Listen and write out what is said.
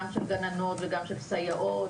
גם של גננות וגם של סייעות,